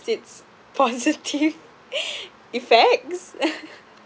this positive effects